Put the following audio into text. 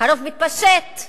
הרוב מתפשט,